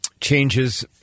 changes